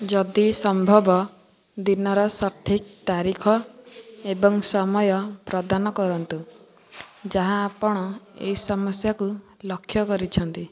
ଯଦି ସମ୍ଭବ ଦିନର ସଠିକ୍ ତାରିଖ ଏବଂ ସମୟ ପ୍ରଦାନ କରନ୍ତୁ ଯାହା ଆପଣ ଏହି ସମସ୍ୟାକୁ ଲକ୍ଷ୍ୟ କରିଛନ୍ତି